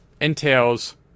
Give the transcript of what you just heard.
entails